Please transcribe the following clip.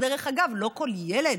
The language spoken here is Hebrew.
דרך אגב, לא כל ילד